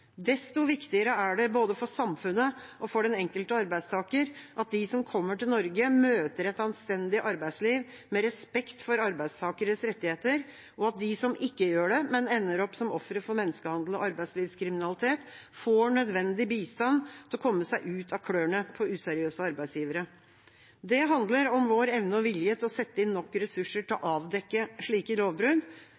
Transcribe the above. Desto viktigere er det, både for samfunnet og for den enkelte arbeidstaker, at de som kommer til Norge, møter et anstendig arbeidsliv med respekt for arbeidstakeres rettigheter, og at de som ikke gjør det, men ender opp som ofre for menneskehandel og arbeidslivskriminalitet, får nødvendig bistand til å komme seg ut av klørne på useriøse arbeidsgivere. Det handler om vår evne og vilje til å sette inn nok ressurser til å